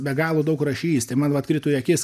be galo daug rašys tai man vat krito į akis